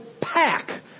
Pack